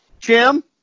Jim